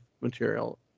material